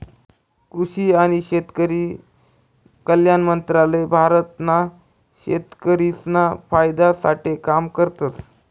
कृषि आणि शेतकरी कल्याण मंत्रालय भारत ना शेतकरिसना फायदा साठे काम करतस